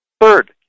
Third